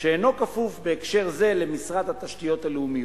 שאינו כפוף, בהקשר זה, למשרד התשתיות הלאומיות.